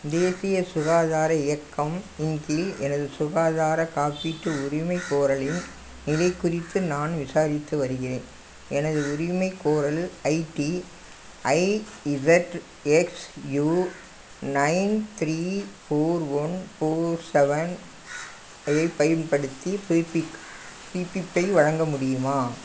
தேசிய சுகாதார இயக்கம் இன் கீழ் எனது சுகாதார காப்பீட்டு உரிமைக்கோரலின் நிலை குறித்து நான் விசாரித்து வருகிறேன் எனது உரிமைக்கோரல் ID I Z X U nine three four one four seven ஐப் பயன்படுத்தி புதுப்பிப் புதுப்பிப்பை வழங்க முடியுமா